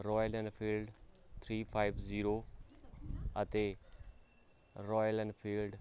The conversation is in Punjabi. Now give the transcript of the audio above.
royal Enfield three five zero ਅਤੇ ਰੋਇਲ ਐਨਫੀਲਡ